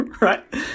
Right